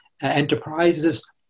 enterprises